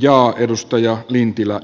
kannatan edustaja lintilän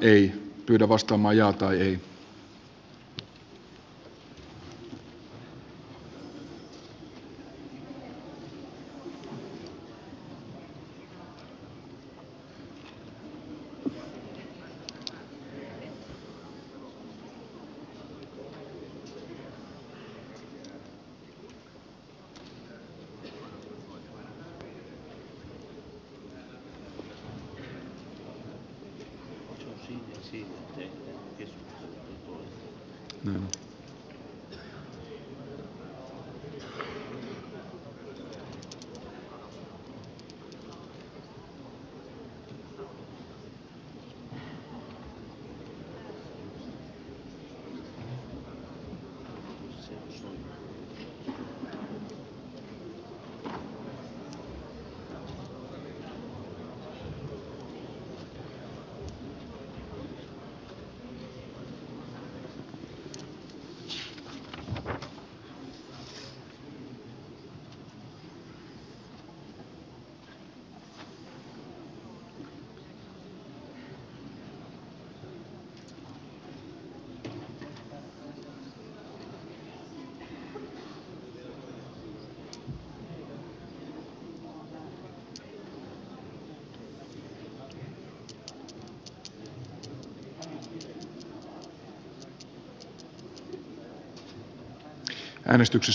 muutosesitystä